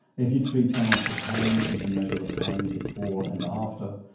if you treat someone for pain you can measure the pain before and after.